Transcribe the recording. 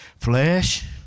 flesh